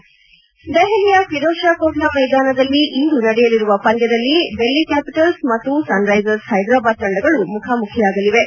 ಪಂದ್ಯದಲ್ಲಿ ದೆಹಲಿಯ ಫಿರೋಜ್ ಷಾ ಕೋಟ್ಲಾ ಮೈದಾನದಲ್ಲಿ ಇಂದು ನಡೆಯಲಿರುವ ಪಂದ್ಯದಲ್ಲಿ ಡೆಲ್ಲಿ ಕ್ಯಾಪಿಟಲ್ಸ್ ಮತ್ತು ಸನ್ ರೈಸರ್ಸ್ ಹೈದರಾಬಾದ್ ತಂಡಗಳು ಮುಖಾಮುಖಿಯಾಗಲಿವೆ